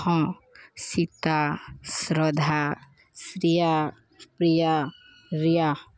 ହଁ ସୀତା ଶ୍ରଦ୍ଧା ଶ୍ରୀିୟା ପ୍ରିୟା ରିୟା